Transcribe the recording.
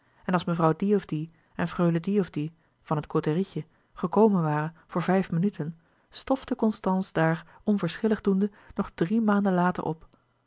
en als mevrouw die of die en freule die of die van het côterietje gekomen waren voor vijf minuten stofte constance daar onverschillig doende nog drie maanden later op